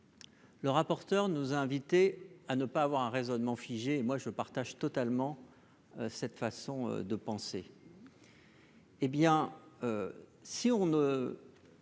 Le rapporteur nous a invité à ne pas avoir un raisonnement figé moi je partage totalement cette façon de penser. Hé bien, si on ne